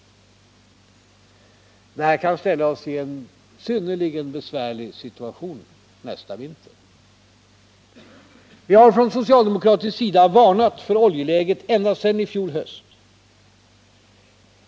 Det här kan ställa oss i en synnerligen besvärlig situation nästa vinter. Vi har från socialdemokratisk sida varnat för oljeläget ända sedan i fjol höst.